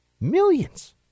millions